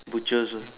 butchers